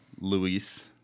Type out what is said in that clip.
Luis